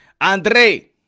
Andre